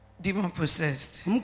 demon-possessed